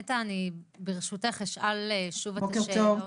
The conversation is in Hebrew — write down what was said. בוקר טוב, נטע אני ברשותך אשאל שוב את השאלות.